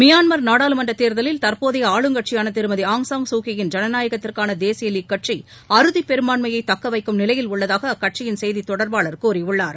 Myanmar நாடாளுமன்றத் தேர்தலில் தற்போதைய ஆளுங்கட்சியான திருமதி ஆங்சான் சூ கி யின் ஜனநாயகத்திற்கான தேசிய லீக் கட்சி அறுதிப்பெரும்பான்மைய தக்கவைக்கும் நிலையில் உள்ளதாக அக்கட்சியின் செய்தித் தொடர்பாளர் கூறியுள்ளார்